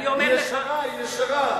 היא ישרה,